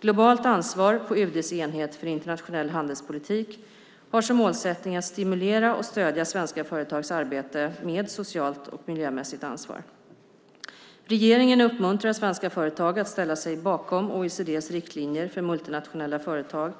Globalt ansvar på UD:s enhet för internationell handelspolitik har som målsättning att stimulera och stödja svenska företags arbete med socialt och miljömässigt ansvar. Regeringen uppmuntrar svenska företag att ställa sig bakom OECD:s riktlinjer för multinationella företag